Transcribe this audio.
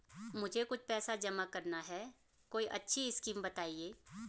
मुझे कुछ पैसा जमा करना है कोई अच्छी स्कीम बताइये?